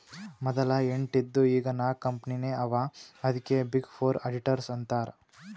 ಮದಲ ಎಂಟ್ ಇದ್ದು ಈಗ್ ನಾಕ್ ಕಂಪನಿನೇ ಅವಾ ಅದ್ಕೆ ಬಿಗ್ ಫೋರ್ ಅಡಿಟರ್ಸ್ ಅಂತಾರ್